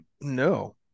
No